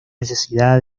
necesidad